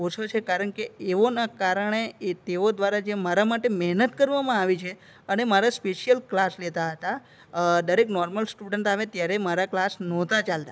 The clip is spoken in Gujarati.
ઓછો છે કારણ કે એઓના કારણે અને તેઓ દ્વારા જે મારા માટે મહેનત કરવામાં આવી છે અને મારા સ્પેશિયલ ક્લાસ લેતા હતા દરેક નોર્મલ સ્ટુડન્ટ આવે ત્યારે મારા ક્લાસ નહોતા ચાલતા